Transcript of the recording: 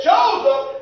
Joseph